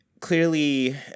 Clearly